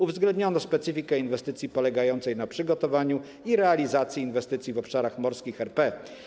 Uwzględniono specyfikę inwestycji polegającej na przygotowaniu i realizacji inwestycji w obszarach morskich RP.